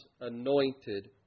anointed